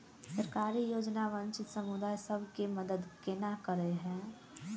सरकारी योजना वंचित समुदाय सब केँ मदद केना करे है?